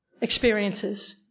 Experiences